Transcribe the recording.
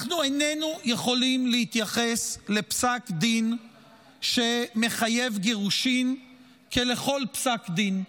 אנחנו איננו יכולים להתייחס לפסק דין שמחייב גירושין כאל כל פסק דין.